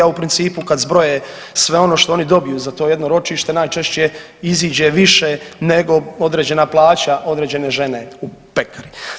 A u principu kad zbroje sve ono što oni dobiju za to jedno ročište najčešće iziđe više nego određena plaća određene žene u pekari.